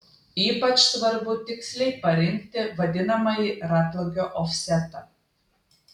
ypač svarbu tiksliai parinkti vadinamąjį ratlankio ofsetą